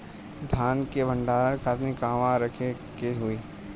धान के भंडारन खातिर कहाँरखे के होई?